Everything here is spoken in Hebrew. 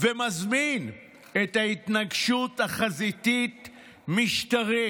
ומזמין את ההתנגשות החזיתית-משטרית.